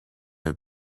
have